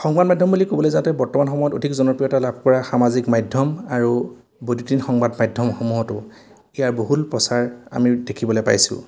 সংবাদ মাধ্যম বুলি ক'বলৈ যাওঁতে বৰ্তমান সময়ত অধিক জনপ্ৰিয়তা লাভ কৰা সামাজিক মাধ্যম আৰু বৈদ্যুতিন সংবাদ মাধ্যমসমূহতো ইয়াৰ বহুল প্ৰচাৰ আমি দেখিবলৈ পাইছোঁ